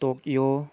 Tokyo